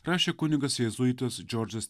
rašė kunigas jėzuitas džordžas